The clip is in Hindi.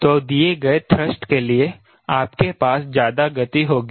तो दिए गए थ्रस्ट के लिए आपके पास ज्यादा गति होगी